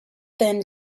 thin